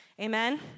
Amen